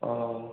ହଁ